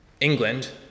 England